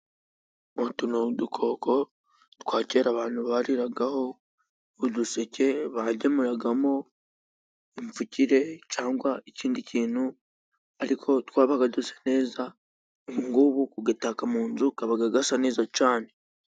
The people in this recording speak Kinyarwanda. Utu ni udukoko twa kera abantu barigaho, uduseke bagemuragamo imfukire cyangwa ikindi kintu, ariko twabaga dusa neza, ubungubu kugataka mu nzu kaba gasa neza cyane.